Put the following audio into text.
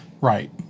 right